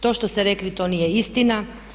To šte ste rekli, to nije istina.